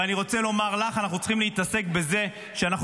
ואני רוצה לומר לך: אנחנו צריכים להתעסק בזה שאנחנו